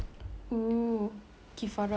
kifarah kan dalam bahasa kita kifarah